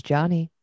Johnny